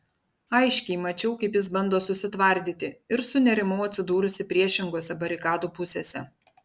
aiškiai mačiau kaip jis bando susitvardyti ir sunerimau atsidūrusi priešingose barikadų pusėse